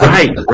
Right